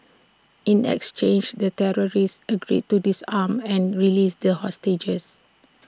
in exchange the terrorists agreed to disarm and released the hostages